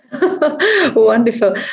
Wonderful